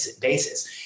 basis